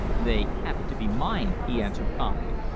they happen to be mine, he answered calmly.